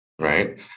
Right